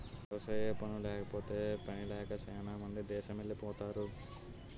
వ్యవసాయ పనుల్లేకపోతే పనిలేక సేనా మంది దేసమెలిపోతరు